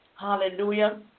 Hallelujah